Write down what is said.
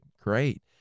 great